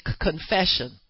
confession